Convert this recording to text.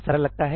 सरल लगता है